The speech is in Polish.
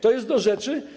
To jest do rzeczy.